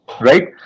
right